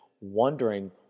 wondering